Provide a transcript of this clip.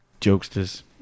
jokesters